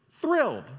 thrilled